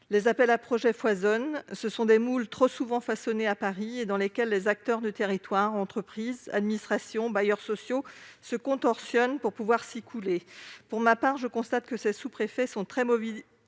Les appels à projets foisonnent. Ce sont des moules trop souvent façonnés à Paris et les acteurs du territoire- entreprises, administrations ou bailleurs sociaux -se contorsionnent pour s'y couler. Pour ma part, je constate que les sous-préfets sont très mobilisés